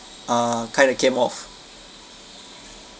uh kind of came off